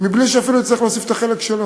בלי שהיא אפילו תצטרך להוסיף את החלק שלה,